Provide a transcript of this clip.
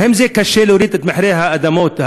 אז קשה להוריד את מחירי האדמות,